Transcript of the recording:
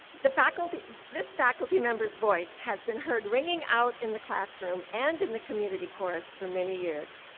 the faculty this faculty members voice has been heard ringing out in the classroom and in the community chorus for many years.